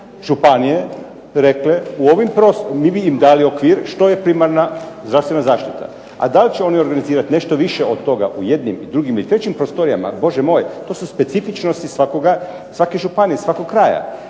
županije rekle u ovim, mi bi im dali okvir što je primarna zdravstvena zaštita, a da li će oni organizirati nešto više od toga u jednim i drugim ili trećim prostorijama, Bože moj to su specifičnosti svakoga, svake županije, svakog kraja